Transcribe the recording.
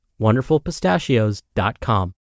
wonderfulpistachios.com